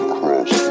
Cross